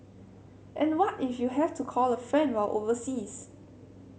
and what if you have to call a friend while overseas